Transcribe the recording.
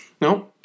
No